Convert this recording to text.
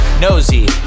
Nosy